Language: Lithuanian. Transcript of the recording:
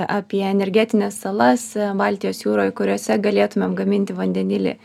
apie energetines salas baltijos jūroj kuriose galėtumėm gaminti vandenilį